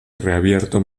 reabierto